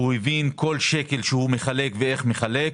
הוא הבין כל שקל שהוא מחלק ואיך הוא מחלק,